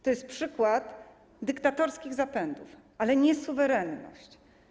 To jest przykład dyktatorskich zapędów, a nie suwerenność.